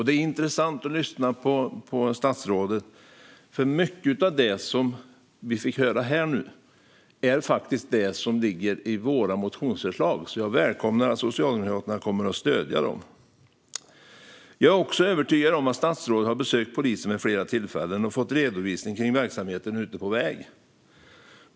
Det är intressant att lyssna på statsrådet, för mycket av det vi fått höra här är sådant som ligger i våra motionsförslag. Jag välkomnar alltså att Socialdemokraterna kommer att stödja dem. Jag är också övertygad om att statsrådet har besökt polisen vid flera tillfällen och fått redovisningar om verksamheten ute på väg.